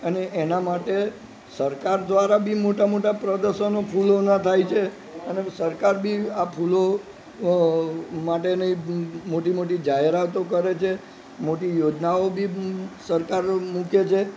અને એના માટે સરકાર દ્વારા બી મોટા મોટા પ્રદર્શનો ફૂલોના થાય છે અને સરકાર બી આ ફૂલો માટેની મોટી મોટી જાહેરાતો કરે છે મોટી યોજનાઓ બી સરકાર મૂકે છે